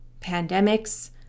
Pandemics